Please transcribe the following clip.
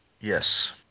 Yes